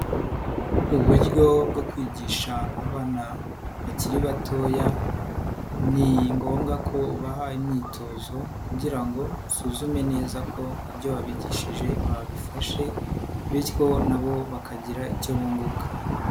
Uburyo bwo kwigisha abana bakiri batoya ni ngombwa ko ubaha imyitozo kugira ngo usuzume neza ko ibyo wabigishije babifashe bityo na bo bakagira icyo bunguka.